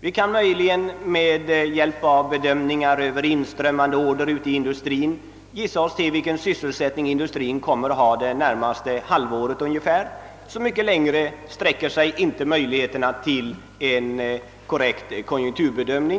Vi kan möjligen med hjälp av bedömningar av inströmmande order i industrin gissa oss till vilken sysselsättning industrin kommer att ha under det närmaste halvåret ungefär. Så mycket längre sträcker sig inte möjligheterna till en korrekt konjunkturbedömning.